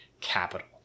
capital